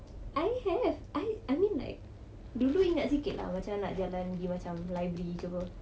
I have I I mean like dulu ingat sikit lah macam nak jalan pergi library ke [pe]